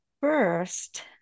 first